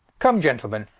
come gentlemen,